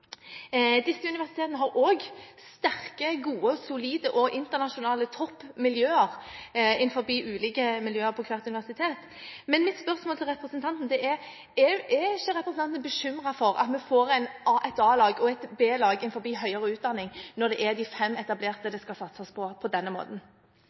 Disse universitetene har også sterke, gode, solide og internasjonale toppmiljøer – innenfor ulike miljøer – på hvert universitet. Mitt spørsmål til representanten er: Er ikke representanten bekymret for at vi får et A-lag og et B-lag innenfor høyere utdanning når det er de fem etablerte